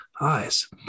eyes